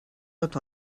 looked